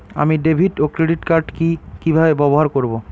আমি ডেভিড ও ক্রেডিট কার্ড কি কিভাবে ব্যবহার করব?